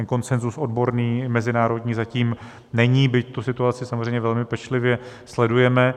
Konsenzus odborný mezinárodní zatím není, byť tu situaci samozřejmě velmi pečlivě sledujeme.